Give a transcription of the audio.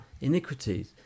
iniquities